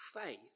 faith